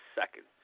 seconds